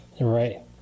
Right